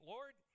Lord